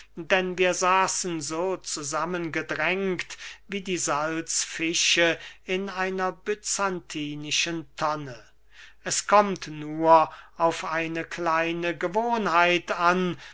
denn wir saßen so zusammengedrängt wie die salzfische in einer byzantinischen tonne es kommt nur auf eine kleine gewohnheit an